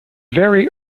very